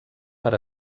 per